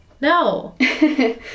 no